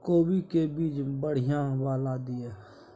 कोबी के बीज बढ़ीया वाला दिय?